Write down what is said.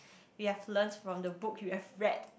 you've learned from the book you've read